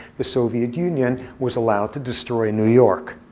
the soviet union was allowed to destroy new york.